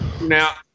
Now